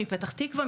מפתח תקווה,